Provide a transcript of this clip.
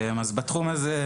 בתחום הזה,